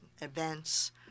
events